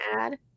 add